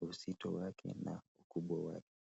uzito wake na ukubwa wake.